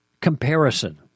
comparison